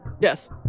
Yes